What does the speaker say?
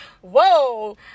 Whoa